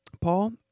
Paul